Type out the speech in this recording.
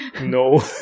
No